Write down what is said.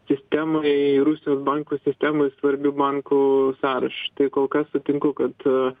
sistemą į rusijos bankų sistemai svarbių bankų sąrašą tai kolkas sutinku kad